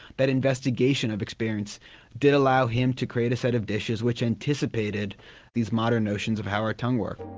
that investigation of experience did allow him to create a set of dishes which anticipated these modern notions of how our tongue works.